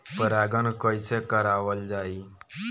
परागण कइसे करावल जाई?